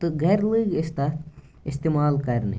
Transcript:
تہٕ گَھرِ لٔگۍ أسۍ تَتھ اِستعمال کَرنہِ